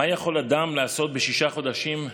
מה יכול אדם לעשות בשישה חודשים,